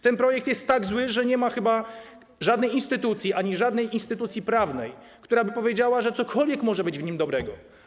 Ten projekt jest tak zły, że nie ma chyba żadnej instytucji, ani żadnej instytucji prawnej, która by powiedziała, że cokolwiek może być w nim dobrego.